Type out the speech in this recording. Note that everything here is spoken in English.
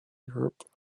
europe